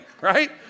right